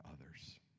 others